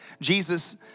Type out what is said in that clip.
Jesus